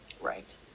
Right